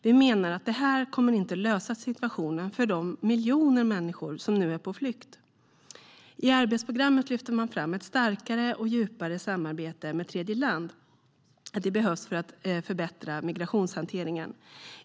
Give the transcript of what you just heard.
Vi menar att det här inte kommer att lösa situationen för de miljoner människor som nu är på flykt.I arbetsprogrammet lyfter man fram att ett starkare och djupare samarbete med tredjeland behövs för att förbättra migrationshanteringen.